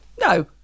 No